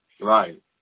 Right